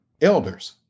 elders